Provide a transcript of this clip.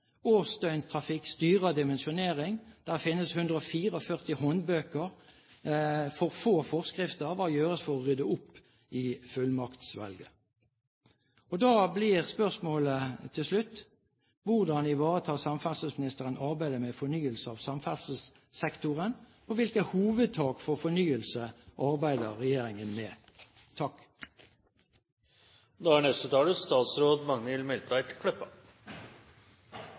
Årsdøgntrafikk styrer dimensjonering. Det finnes 144 håndbøker, men for få forskrifter. Hva gjøres for å rydde opp i fullmaktsveldet? Da blir spørsmålene til slutt: Hvordan ivaretar samferdselsministeren arbeidet med fornyelse av samferdselssektoren? Og hvilke hovedtiltak for fornyelse arbeider regjeringen med? Eg er